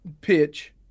pitch